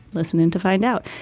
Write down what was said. listen in to find out.